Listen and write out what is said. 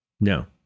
no